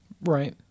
Right